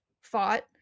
fought